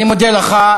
אני מודה לך.